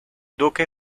duque